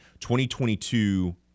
2022